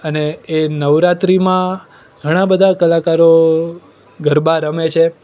અને એ નવરાત્રિમાં ઘણા બધા કલાકારો ગરબા રમે છે